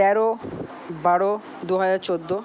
তেরো বারো দুহাজার চোদ্দো